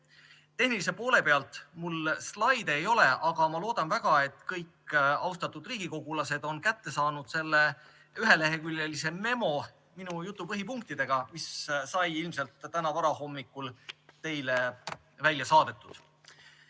Tehnilise poole pealt mul slaide ei ole, aga ma loodan väga, et kõik austatud riigikogulased on kätte saanud selle üheleheküljelise memo minu jutu põhipunktidega. See sai ilmselt täna varahommikul teile välja saadetud. Senised